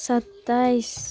सत्ताइस